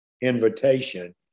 invitation